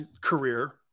career